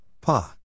Pa